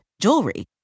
jewelry